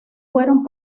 fueron